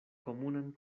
komunan